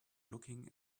looking